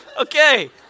okay